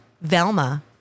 Velma